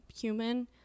human